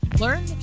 Learn